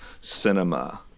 cinema